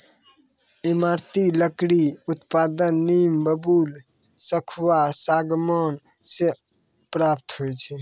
ईमारती लकड़ी उत्पादन नीम, बबूल, सखुआ, सागमान से प्राप्त होय छै